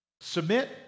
submit